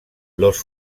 los